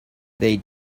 they